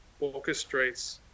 orchestrates